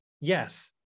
yes